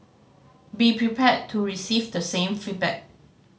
be prepared to receive the same feedback